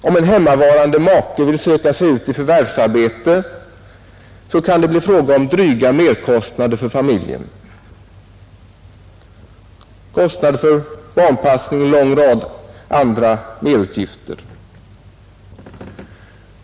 Om en hemmavarande make vill söka sig ut i förvärvsarbete kan det bli fråga om betydande merkostnader för familjen: dryga merkostnader för barnpassning och en lång rad andra merutgifter.